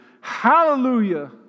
Hallelujah